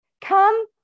Come